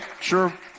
sure